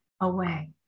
away